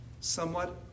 Somewhat